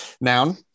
Noun